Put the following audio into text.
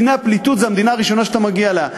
מדינת פליטות זו המדינה הראשונה שאתה מגיע אליה.